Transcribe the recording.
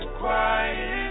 quiet